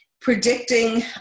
predicting